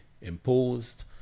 imposed